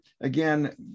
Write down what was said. again